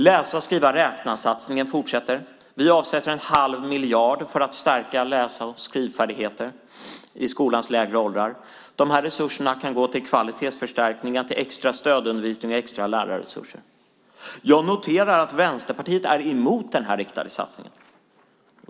Läsa-skriva-räkna-satsningen fortsätter. Vi avsätter en halv miljard för att stärka läs och skrivfärdigheterna i skolans lägre åldrar. Dessa resurser kan gå till kvalitetsförstärkning, extra stödundervisning och extra lärarresurser. Jag noterar att Vänsterpartiet är emot denna riktade satsning.